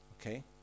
Okay